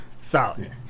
solid